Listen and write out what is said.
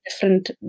different